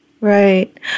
Right